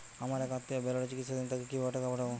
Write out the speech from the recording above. আমার এক আত্মীয় ভেলোরে চিকিৎসাধীন তাকে কি ভাবে টাকা পাঠাবো?